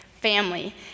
family